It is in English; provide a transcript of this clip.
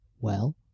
Well